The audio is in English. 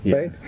Right